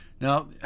now